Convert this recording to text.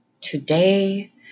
Today